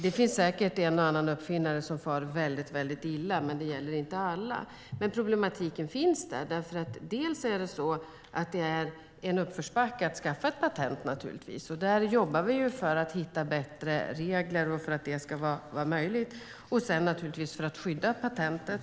Det finns säkert en och annan uppfinnare som far väldigt illa, men det gäller inte alla även om problematiken finns där. Det är en uppförsbacke att skaffa ett patent, och vi jobbar för att hitta bättre regler och för att det ska vara möjligt att skydda patent.